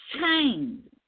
change